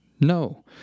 No